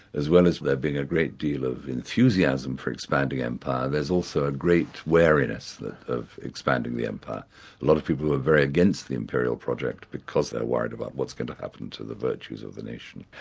as well as there being a great deal of enthusiasm for expanding empire, there's also a great wariness of expanding the empire. a lot of people are very against the imperial project because they're worried about what's going to happen to the virtues of the nation.